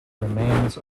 remains